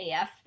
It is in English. AF